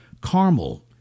Carmel